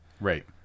right